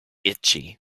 itchy